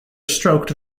stroked